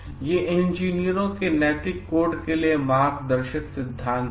तो ये इंजीनियरों के नैतिक कोड के लिए मार्गदर्शक सिद्धांत हैं